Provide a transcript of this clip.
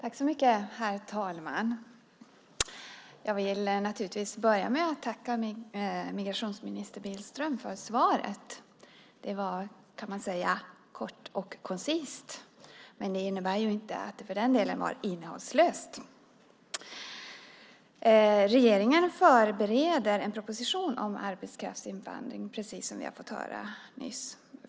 Herr talman! Jag vill naturligtvis börja med att tacka migrationsminister Billström för svaret. Det var, kan man säga, kort och koncist, men det innebär ju inte att det för den skull var innehållslöst. Regeringen förbereder en proposition om arbetskraftsinvandring, precis som vi har fått höra nyss.